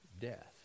death